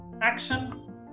action